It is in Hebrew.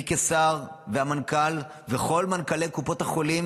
אני כשר והמנכ"ל וכל מנכ"לי קופות החולים,